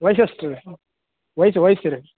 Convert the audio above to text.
ವಯ್ಸು ಎಷ್ಟು ರೀ ವಯಸ್ಸು ವಯ್ಸು ರೀ